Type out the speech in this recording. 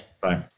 Bye